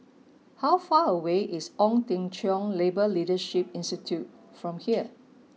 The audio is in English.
how far away is Ong Teng Cheong Labour Leadership Institute from here